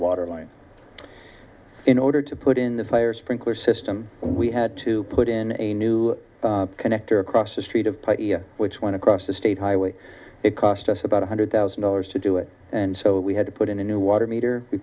water line in order to put in the fire sprinkler system we had to put in a new connector across the street of pipe which went across the state highway it cost us about one hundred thousand dollars to do it and so we had to put in a new water meter we